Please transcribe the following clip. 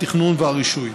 התכנון והרישוי.